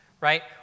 right